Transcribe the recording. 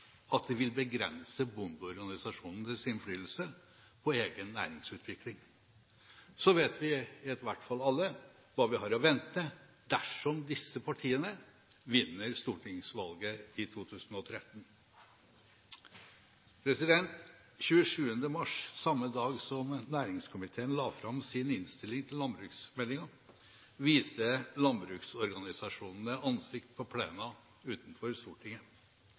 at de vil begrense bondeorganisasjonenes innflytelse på egen næringsutvikling. Så vet vi i hvert fall alle hva vi har å vente dersom disse partiene vinner stortingsvalget i 2013. Den 27. mars, samme dag som næringskomiteen la fram sin innstilling til landbruksmeldingen, viste landbruksorganisasjonene ansikt på plenen utenfor Stortinget.